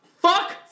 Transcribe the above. Fuck